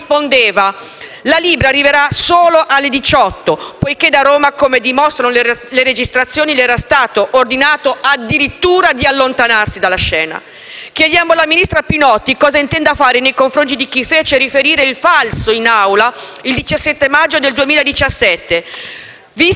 La Libra arriverà solo alle ore 18, poiché da Roma, come dimostrano le registrazioni, le era stato addirittura ordinato di allontanarsi dalla scena. Chiediamo alla ministra Pinotti cosa intenda fare nei confronti di chi le fece riferire il falso in Aula il 17 maggio 2017, visto che